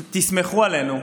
תסמכו עלינו,